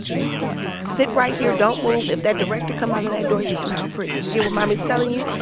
wow sit right here. don't move. if that director come out of that door, you smile pretty. you hear what mommy's telling you.